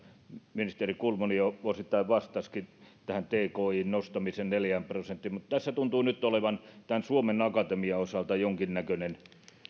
ministeri kulmuni jo osittain vastasikin tähän tkin nostamiseen neljään prosenttiin tässä tuntuu nyt olevan suomen akatemian osalta jonkinnäköinen